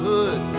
Hood